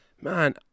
Man